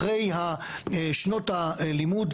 אחרי שנות הלימוד,